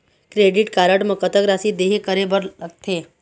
Credit card म कतक राशि देहे करे बर लगथे?